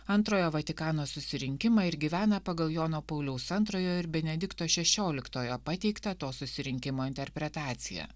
antrojo vatikano susirinkimą ir gyvena pagal jono pauliaus antrojo ir benedikto šešioliktojo pateiktą to susirinkimo interpretaciją